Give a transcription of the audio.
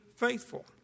Faithful